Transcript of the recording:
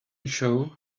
show